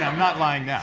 um not lying yeah